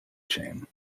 chain